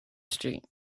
street